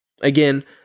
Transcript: Again